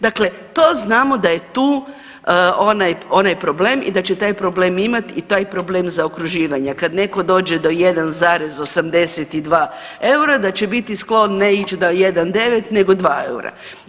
Dakle, to znamo da je tu onaj problem i da će taj problem imati i taj problem zaokruživanja, kad netko dođe do 1,82 eura da će biti sklon ne ići na 1,9 nego 2 eura.